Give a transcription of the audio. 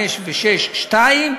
5 ו-6(2),